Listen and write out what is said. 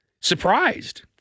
surprised